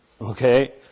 Okay